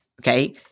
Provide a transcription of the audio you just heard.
okay